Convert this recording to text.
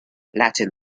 latin